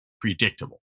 predictable